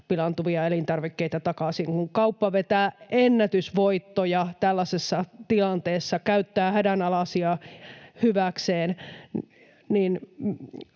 pilaantuvia elintarvikkeita takaisin, kun kauppa vetää ennätysvoittoja tällaisessa tilanteessa, käyttää hädänalaisia hyväkseen.